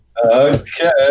Okay